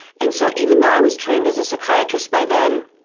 and so even though i was trained as a psychiatrist by then,